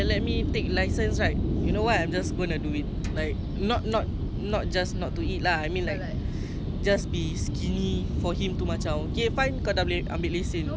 I I will do in a healthy way lah